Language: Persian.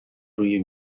روی